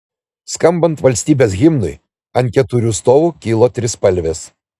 skambant valstybės himnui ant keturių stovų kilo trispalvės